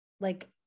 like-